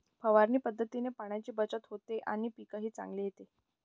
फवारणी पद्धतीने पाण्याची बचत होते आणि पीकही चांगले येते